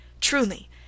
Truly